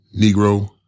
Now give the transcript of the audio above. Negro